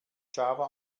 java